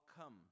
come